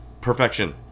perfection